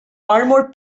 armour